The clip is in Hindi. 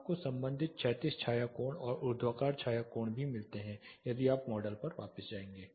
आपको संबंधित क्षैतिज छाया कोण और ऊर्ध्वाधर छाया कोण भी मिलते हैं यदि आप मॉडल पर वापस जाएंगे